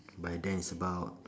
by then it's about